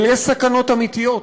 אבל יש סכנות אמיתיות.